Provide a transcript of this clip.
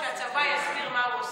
שהצבא יסביר מה הוא עושה,